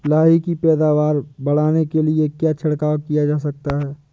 लाही की पैदावार बढ़ाने के लिए क्या छिड़काव किया जा सकता है?